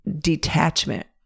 detachment